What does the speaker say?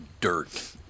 dirt